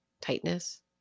tightness